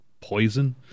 Poison